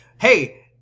hey